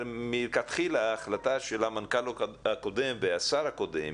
מלכתחילה ההחלטה של המנכ"ל הקודם והשר הקודם,